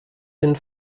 hin